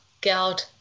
god